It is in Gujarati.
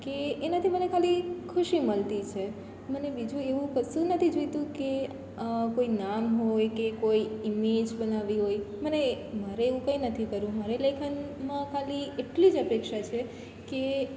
કે એનાથી મને ખાલી ખુશી મળતી છે મને બીજું એવું કશું નથી જોઈતું કે કોઈ નામ હોય કે કોઈ ઇમેજ બનાવવી હોય મને મારે એવું કંઇ નથી કરવું મારે લેખનમાં ખાલી એટલી જ અપેક્ષા છે કે